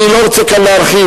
אני לא רוצה כאן להרחיב,